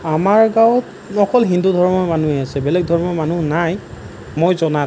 আমাৰ গাঁৱত অকল হিন্দু ধৰ্মৰ মানুহেই আছে বেলেগ ধৰ্মৰ মানুহ নাই মই জনাত